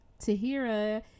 tahira